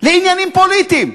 לעניינים פוליטיים.